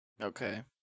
Okay